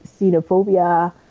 xenophobia